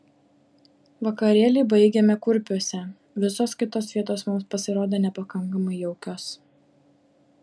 vakarėlį baigėme kurpiuose visos kitos vietos mums pasirodė nepakankamai jaukios